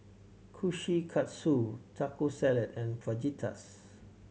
Kkushikatsu Taco Salad and Fajitas